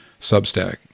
substack